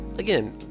again